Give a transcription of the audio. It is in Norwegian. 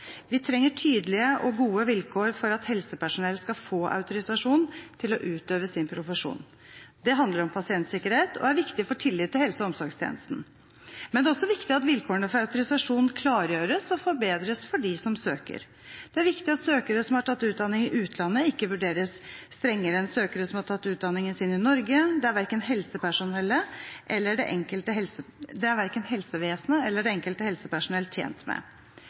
Vi trenger tydelige og gode vilkår for at helsepersonell skal få autorisasjon til å utøve sin profesjon. Det handler om pasientsikkerhet og er viktig for tilliten til helse- og omsorgstjenesten. Men det er også viktig at vilkårene for autorisasjon klargjøres og forbedres for dem som søker. Det er viktig at søkere som har tatt utdanning i utlandet, ikke vurderes strengere enn søkere som har tatt utdanningen sin i Norge. Det er verken helsevesenet eller det enkelte helsepersonell tjent med,